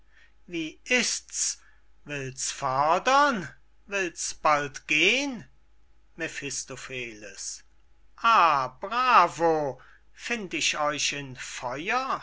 wie ist's will's fördern will's bald gehn mephistopheles ah bravo find ich euch in feuer